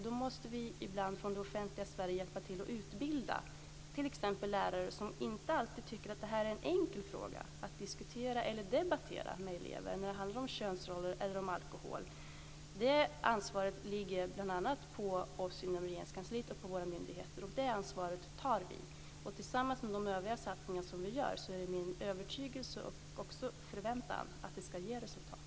Då måste det offentliga Sverige ibland hjälpa till att utbilda t.ex. lärare som inte alltid tycker att könsroller eller alkohol är en enkel fråga att diskutera eller debattera med elever. Det ansvaret ligger bl.a. på oss inom Regeringskansliet och på våra myndigheter, och det ansvaret tar vi. Det är min övertygelse och förväntan att det ska ge resultat tillsammans med de övriga satsningar som vi gör.